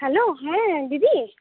hello হ্যাঁ দিদি